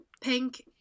Pink